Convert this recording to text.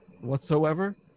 whatsoever